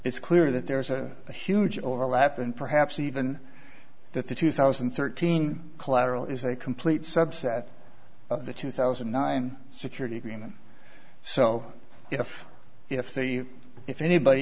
it's clear that there is a huge overlap and perhaps even that the two thousand and thirteen collateral is a complete subset of the two thousand and nine security agreement so if if the if anybody